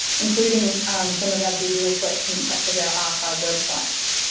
including some of our digital collections such as our archive websites.